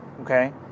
Okay